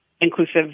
inclusive